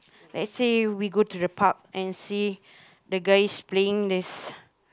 let's say we go to the park and see the guys playing this